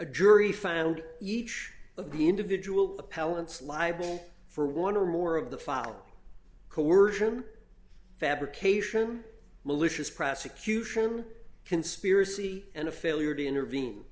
a jury found each of the individual appellants liable for one or more of the fall coersion fabrication malicious prosecution conspiracy and a failure to intervene